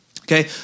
Okay